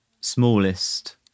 smallest